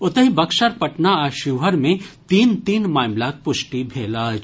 ओतहि बक्सर पटना आ शिवहर मे तीन तीन मामिलाक पुष्टि भेल अछि